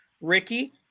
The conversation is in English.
Ricky